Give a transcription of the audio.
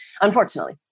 unfortunately